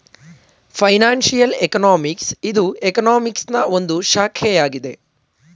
financial economics ಇದು ಎಕನಾಮಿಕ್ಸನಾ ಒಂದು ಶಾಖೆಯಾಗಿದೆ